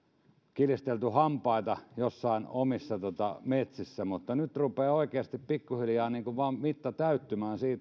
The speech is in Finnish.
kiristelty hampaita jossain omissa metsissä mutta nyt rupeaa oikeasti pikkuhiljaa vain mitta täyttymään